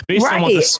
Right